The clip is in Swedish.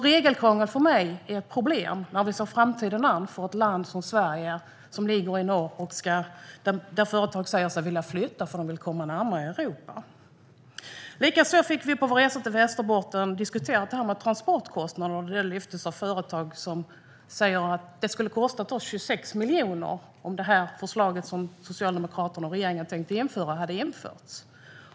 Regelkrångel är problem när man ser framtiden an för ett land som Sverige, som ligger i norr och där företag säger sig vilja flytta för att de vill komma närmare Europa. På vår resa till Västerbotten diskuterade vi detta med transportkostnader. Företagen där sa att det skulle ha kostat dem 26 miljoner om Socialdemokraternas och regeringens förslag hade införts.